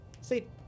See